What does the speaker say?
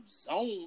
zone